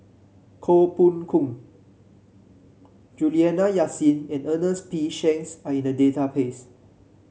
Koh Poh Koon Juliana Yasin and Ernest P Shanks are in the database